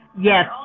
Yes